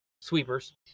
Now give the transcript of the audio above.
Sweepers